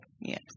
yes